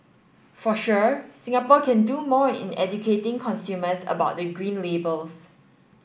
for sure Singapore can do more in educating consumers about the green labels